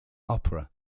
opera